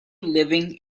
living